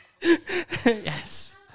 Yes